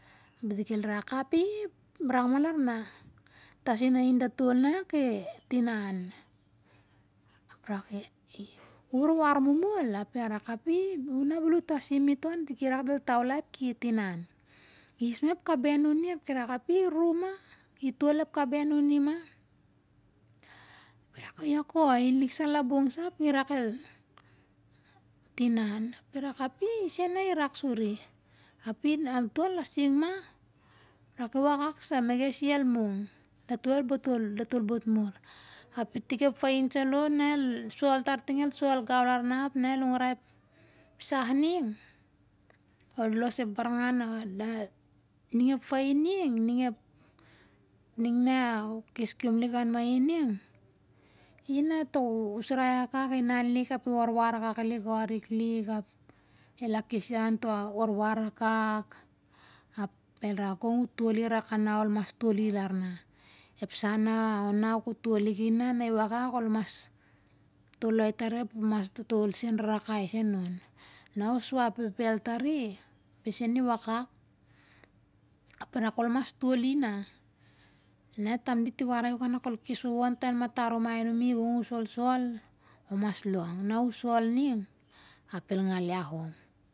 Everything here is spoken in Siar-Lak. Di kel rak api rakma ral na tasin ahin datol na ki tinan, ap ra ki uwarwar momol ap ya arak api una bel u tasim iton di kirak del taulai a tinan i isma ep kaben nuni ap ka rak api ru ma itol ep kaben nuni ma rak yako ahin lik sa labong sa ap kirak el timan ap ya rak api i sen irak suri api amtol lasing ma rak iwakak sa megesi el mung dato dato elbot mur api tik ep fain salo na el soltar ting el sol gau larna ap na ol longrai ep sa ning on los ep barnangang or na ring ep fain ning ning ep ning na ukes kiom lik an mainning i na to usrai akak inan lik api warwar akak lik auklik ap el akes iau onto warwar akak ap el rak gong utoli rak ana ol mas toli ralna epsa na na kutoliki na ki wakak ol mas toloi tari a ol mas totol sen varakai tarsen on na ol sua pepel tari besen iwakak ap irak ol mas toli na na etam dit iwarai u nok ol kes wom tan matarumai numi gong u solsol ol mas long na usol ning ap el ngalia om.